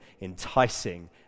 enticing